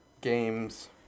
games